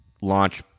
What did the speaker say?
launch